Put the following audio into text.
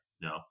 no